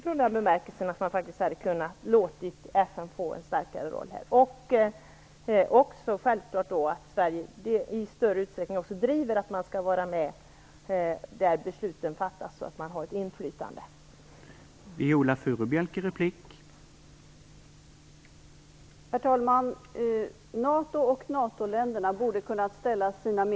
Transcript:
Man hade därifrån faktiskt kunnat låta FN få en starkare roll. Sverige bör självfallet också i större utsträckning driva önskemålet att få vara med där besluten fattas, så att vi får ett inflytande på dem.